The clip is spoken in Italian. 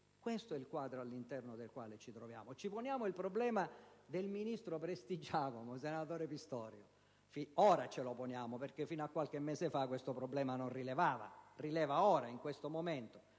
Questo è il quadro all'interno del quale ci troviamo. Ci poniamo il problema del ministro Prestigiacomo, senatore Pistorio - solo ora, perché fino a qualche mese fa questo problema non rilevava - ma non ci poniamo